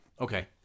Okay